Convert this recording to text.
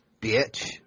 bitch